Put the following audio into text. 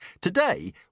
Today